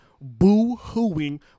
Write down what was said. boo-hooing